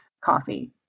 Coffee